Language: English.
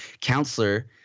Counselor